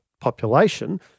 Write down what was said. population